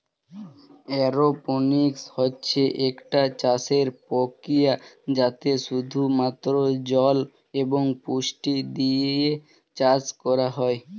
aeroponics হচ্ছে একটা চাষের প্রক্রিয়া যাতে শুধু মাত্র জল এবং পুষ্টি দিয়ে চাষ করা হয়